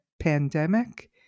pandemic